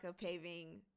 paving